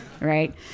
Right